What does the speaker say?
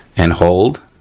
and hold.